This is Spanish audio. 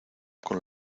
con